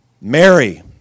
Mary